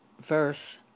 verse